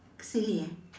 silly eh